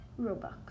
Robux